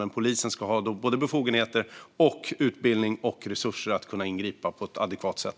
Men polisen ska ha befogenheter, utbildning och resurser för att kunna ingripa på ett adekvat sätt.